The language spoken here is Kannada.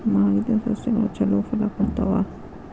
ಮಾಗಿದ್ ಸಸ್ಯಗಳು ಛಲೋ ಫಲ ಕೊಡ್ತಾವಾ?